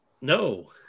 No